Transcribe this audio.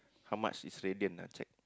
how much is ready or not ah check